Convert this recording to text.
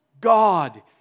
God